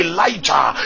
Elijah